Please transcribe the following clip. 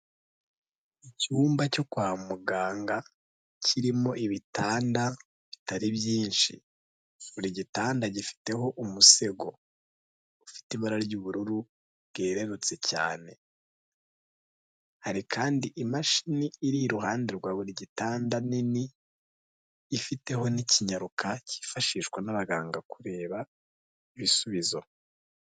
Icyumba cyo kwa muganga kirimo ibitanda bitari byinshi, buri gitanda gifiteho umusego, ufite ibara ry'ubururu bwerurutse cyane, hari kandi imashini iri iruhande rwa buri gitanda nini, ifiteho n'ikinyaruka cyifashishwa n'abaganga kureba ibisubizo.